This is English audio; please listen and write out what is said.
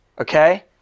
Okay